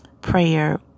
prayer